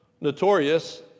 notorious